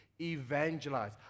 evangelize